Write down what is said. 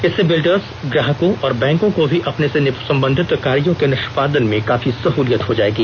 इससे बिल्डर्स ग्राहकों और बैंकों को भी अपने से संबंधित कार्यो के निष्पादन में काफी सहूलियत हो जाएगी